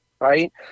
right